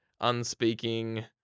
unspeaking